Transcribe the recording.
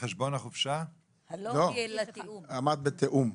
אז אני עוצר.